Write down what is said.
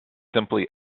simply